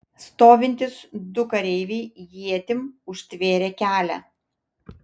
stovintys du kareiviai ietim užtvėrė kelią